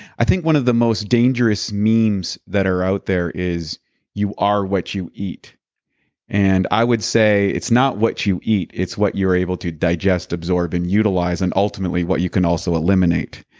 i think one of the most dangerous memes that are out there is you are what you eat and i would say it's not what you eat, it's what you're able to digest, absorb and utilize, and ultimately what you can also eliminate